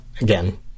again